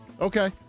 Okay